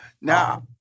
Now